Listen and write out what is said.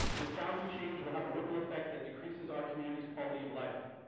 this boundary change will have a ripple effect that decreases our communities quality of life.